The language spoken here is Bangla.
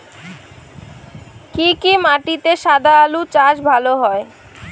কি কি মাটিতে সাদা আলু চাষ ভালো হয়?